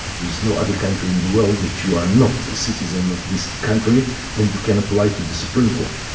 there is no other country in the world that you are not a citizen of this country and you can apply to the supreme court.